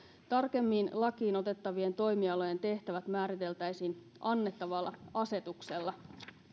tarkemmin lakiin otettavien toimialojen tehtävät määriteltäisiin annettavalla asetuksella